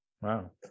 Wow